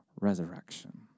resurrection